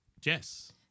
Jess